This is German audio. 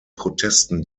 protesten